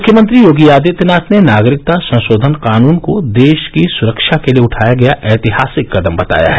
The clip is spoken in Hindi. मुख्यमंत्री योगी आदित्यनाथ ने नागरिकता संशोधन कानून को देश की सुरक्षा के लिए उठाया गया ऐतिहासिक कदम बताया है